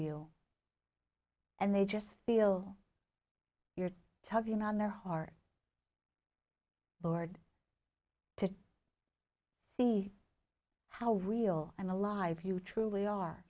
you and they just feel you're talking on their heart but hard to see how real and alive you truly are